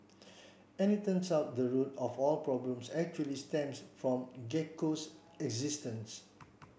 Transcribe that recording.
and it turns out the root of all problems actually stems from Gecko's existence